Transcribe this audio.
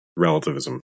Relativism